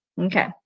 Okay